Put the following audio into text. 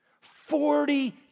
Forty